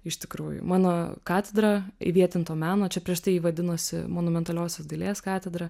iš tikrųjų mano katedra įvietinto meno čia prieš tai ji vadinosi monumentaliosios dailės katedra